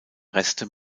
reste